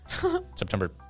September